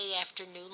afternoon